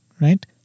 right